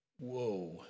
Whoa